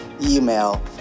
email